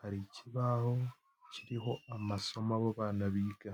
hari ikibaho kiriho amasomo abo bana biga.